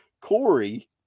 Corey